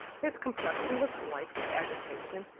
his complexion was white with agitation,